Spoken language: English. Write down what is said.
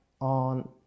on